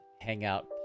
hangout